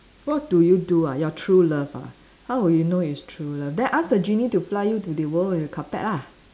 what do you do ah your true love ah how will you know it's true love then ask the genie to fly you to the world with carpet lah